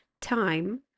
time